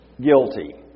guilty